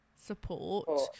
support